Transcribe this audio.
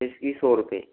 इसकी सौ रुपये